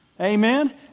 Amen